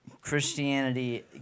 Christianity